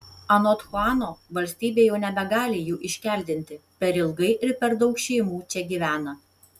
anot chuano valstybė jau nebegali jų iškeldinti per ilgai ir per daug šeimų čia gyvena